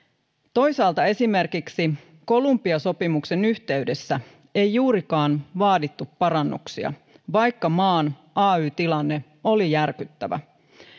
toisaalta esimerkiksi kolumbia sopimuksen yhteydessä ei juurikaan vaadittu parannuksia vaikka maan ay tilanne oli järkyttävä